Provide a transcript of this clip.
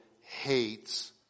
hates